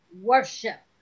worship